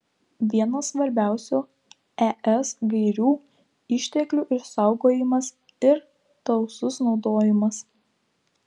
viena svarbiausių es gairių išteklių išsaugojimas ir tausus naudojimas